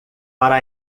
para